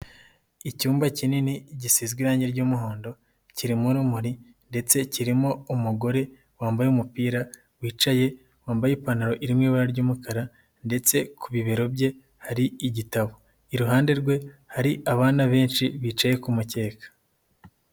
Icyumba kinini gisizwe irange ry'umuhondo kirimo urumuri ndetse kirimo umugore wambaye umupira wicaye wambaye ipantaro iri mu ibara ry'umukara ndetse ku bibero bye hari igitabo, iruhande rwe hari abana benshi bicaye ku mukeka.